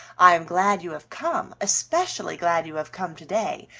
i am glad you have come, especially glad you have come today,